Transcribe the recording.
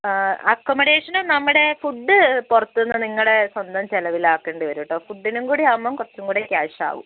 ആ അക്കൊമഡേഷനും നമ്മുടെ ഫുഡ്ഡ് പുറത്തൂന്നു നിങ്ങളുടെ സ്വന്തം ചിലവിലാക്കേണ്ടിവരും കേട്ടോ ഫുഡിനും കൂടിയാകുമ്പോൾ കുറച്ചുംകൂടി ക്യാഷാവും